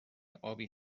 ابی